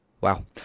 wow